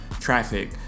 traffic